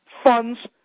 funds